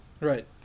right